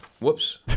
Whoops